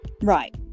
Right